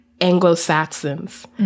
Anglo-Saxons